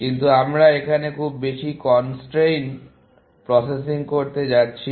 কিন্তু আমরা এখানে খুব বেশি কনস্ট্রেইন প্রসেসিং করতে যাচ্ছি না